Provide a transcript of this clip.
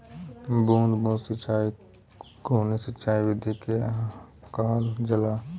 बूंद बूंद सिंचाई कवने सिंचाई विधि के कहल जाला?